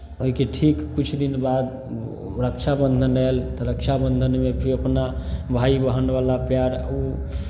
ओहिके ठीक किछु दिन बाद रक्षाबन्धन आयल तऽ रक्षाबन्धनमे भी अपना भाय बहिनवला प्यार ओ